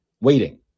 waiting